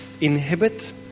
inhibit